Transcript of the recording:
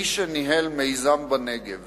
מי שניהל מיזם בנגב